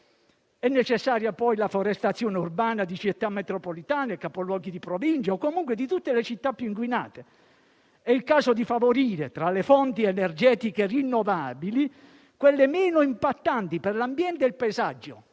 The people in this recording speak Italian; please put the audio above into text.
necessaria la forestazione urbana di Città metropolitane, capoluoghi di Provincia o comunque di tutte le città più inquinate. È il caso di favorire, tra le fonti energetiche rinnovabili, quelle meno impattanti per l'ambiente e il paesaggio